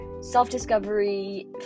self-discovery